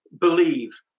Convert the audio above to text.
believe